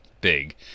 big